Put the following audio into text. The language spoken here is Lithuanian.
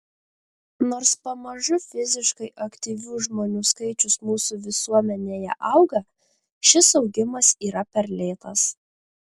nors pamažu fiziškai aktyvių žmonių skaičius mūsų visuomenėje auga šis augimas yra per lėtas